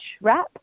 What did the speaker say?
WRAP